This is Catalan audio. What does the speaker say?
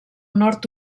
nord